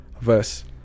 verse